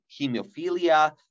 hemophilia